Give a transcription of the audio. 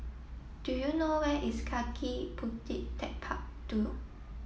do you know where is Kaki Bukit Techpark two